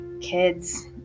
kids